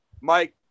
Mike